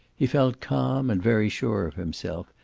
he felt calm and very sure of himself,